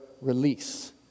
release